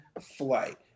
flight